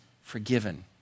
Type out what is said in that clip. forgiven